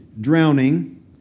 drowning